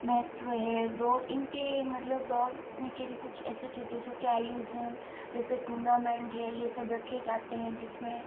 महत्त्व है दौड़ इनके मतलब दौड़ने के लिए कुछ ऐसे छोटे छोटे आयोजन जैसे टूर्नामेंट है ये सब रखे जाते हैं जिसमें